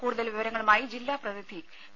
കൂടുതൽ വിവരങ്ങളുമായി ജില്ലാ പ്രതിനിധി പി